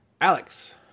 Alex